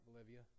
Bolivia